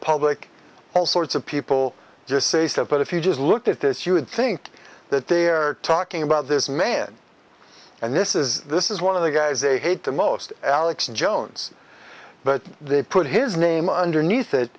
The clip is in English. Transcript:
public all sorts of people just say so but if you just look at this you would think that they're talking about this man and this is this is one of the guys they hate the most alex jones but they put his name underneath